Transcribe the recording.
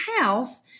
house